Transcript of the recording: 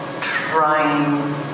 trying